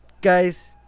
guys